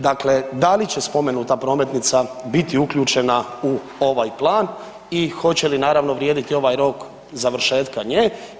Dakle, da li će spomenuta prometnica biti uključena u ovaj plan i hoće li naravno vrijediti ovaj rok završetka nje?